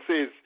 says